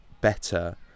better